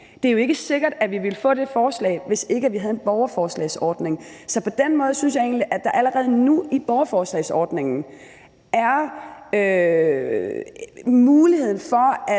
Det er jo ikke sikkert, at vi ville få det forslag, hvis ikke vi havde en borgerforslagsordning. Så på den måde synes jeg egentlig, at der allerede nu i borgerforslagsordningen er mulighed for, at